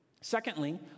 Secondly